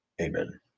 Amen